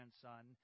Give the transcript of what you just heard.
grandson